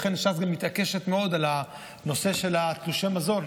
לכן ש"ס גם מתעקשת מאוד על הנושא של תלושי המזון.